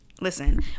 listen